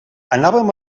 anàvem